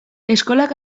eskolak